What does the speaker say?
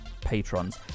patrons